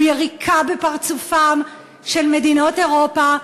הוא יריקה בפרצופן של מדינות אירופה,